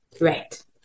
Right